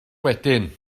wedyn